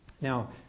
Now